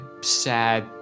sad